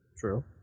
True